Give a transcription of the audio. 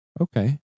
okay